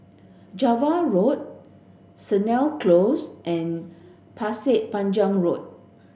Java Road Sennett Close and Pasir Panjang Road